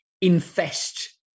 infest